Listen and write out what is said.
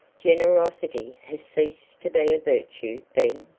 generosity has ceased to be a virtue, then?